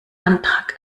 antrag